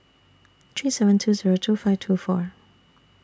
three seven two Zero two five two four